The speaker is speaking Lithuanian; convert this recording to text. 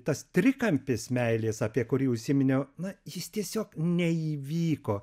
tas trikampis meilės apie kurį užsiminiau na jis tiesiog neįvyko